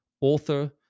author